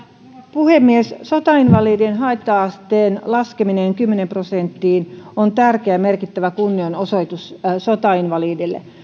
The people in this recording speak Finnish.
puhemies sotainvali dien haitta asteen laskeminen kymmeneen prosenttiin on tärkeä ja merkittävä kunnianosoitus sotainvalideille